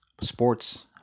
sports